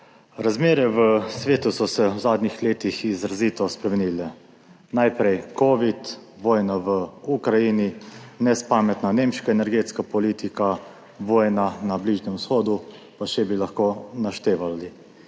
Razmere v svetu so se v zadnjih letih izrazito spremenile, najprej covid, vojna v Ukrajini, nespametna nemška energetska politika, vojna na Bližnjem vzhodu in še bi lahko naštevali.